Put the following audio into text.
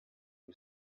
who